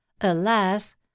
Alas